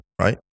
right